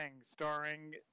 starring